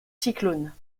cyclones